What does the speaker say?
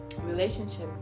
relationship